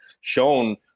shown